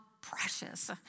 precious